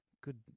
Good